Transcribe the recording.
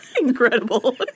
incredible